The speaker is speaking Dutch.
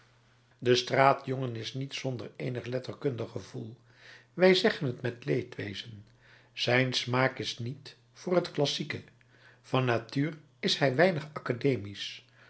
de straatjongen is niet zonder eenig letterkundig gevoel wij zeggen het met leedwezen zijn smaak is niet voor het klassieke van natuur is hij weinig